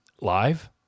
live